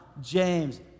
James